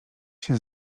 się